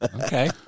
Okay